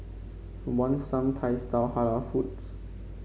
want some Thai style Halal foods